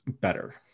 better